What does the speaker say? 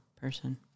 person